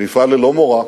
ונפעל ללא מורא